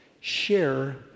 share